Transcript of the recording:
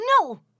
No